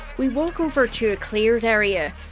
we walk over to a cleared area,